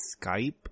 Skype